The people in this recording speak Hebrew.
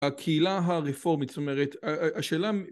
הקהילה הרפורמית זאת אומרת השאלה